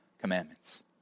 commandments